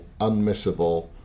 unmissable